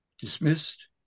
dismissed